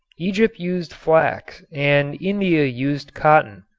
egypt used flax and india used cotton.